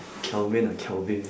kelvin ah kelvin